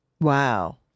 Wow